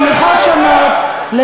תמיכות שונות,